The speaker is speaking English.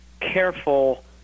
careful